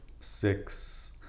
six